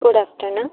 good afternoon